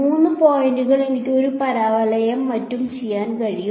മൂന്ന് പോയിന്റുകൾ എനിക്ക് ഒരു പരവലയവും മറ്റും ചെയ്യാൻ കഴിയും